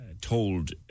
told